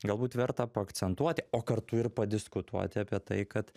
galbūt verta paakcentuoti o kartu ir padiskutuoti apie tai kad